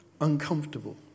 uncomfortable